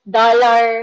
dollar